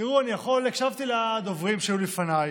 הקשבתי לדוברים שהיו לפניי,